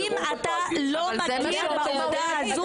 אם אתה לא מכיר בעובדה הזו,